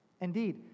Indeed